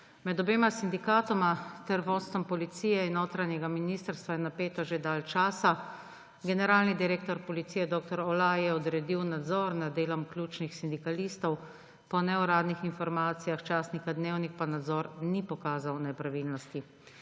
Med obema sindikatoma ter vodstvom Policije in notranjega ministrstva je napeto že dalj časa. Generalni direktor Policije dr. Olaj je odredil nadzor nad delom ključnih sindikalistov. Po neuradnih informacijah časnika Dnevnik pa nadzor ni pokazal nepravilnosti.